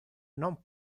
non